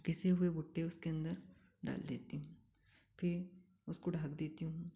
पिसे हुए भुट्टे उसके अंदर डाल देती हूँ फ़िर उसको ढक देती हूँ